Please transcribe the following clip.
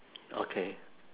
okay